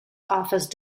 office